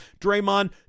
Draymond